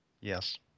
Yes